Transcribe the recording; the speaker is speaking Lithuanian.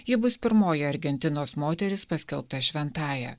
ji bus pirmoji argentinos moteris paskelbta šventąja